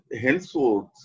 henceforth